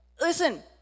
Listen